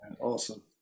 Awesome